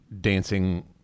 dancing